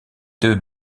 deux